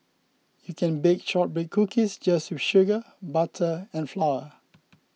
you can bake Shortbread Cookies just with sugar butter and flour